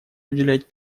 уделять